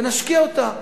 ונשקיע אותם